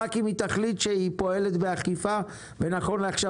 רק אם היא תחליט שהיא פועלת באכיפה ונכון לעכשיו,